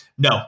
No